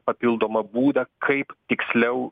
papildomą būdą kaip tiksliau